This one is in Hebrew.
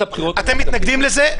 הבחירות המרכזית --- אתם מתנגדים לזה?